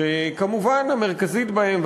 שכמובן המרכזית בהן,